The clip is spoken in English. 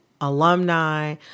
alumni